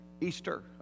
easter